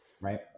right